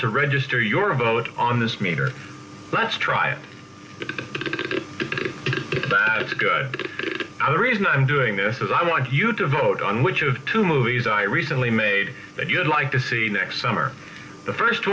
to register your vote on this meter let's try it it's a good reason i'm doing this is i want you to vote on which of two movies i recently made that you would like to see next summer the first